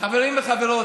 חברים וחברות.